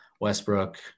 Westbrook